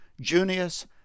Junius